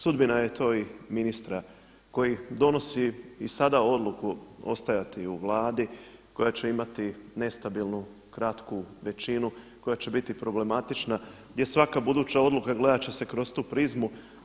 Sudbina je to i ministra koji donosi i sada odluku ostajati u Vladi koja će imati nestabilnu kratku većinu, koja će biti problematična gdje svaka buduća odluka jer gledat će se kroz tu prizmu.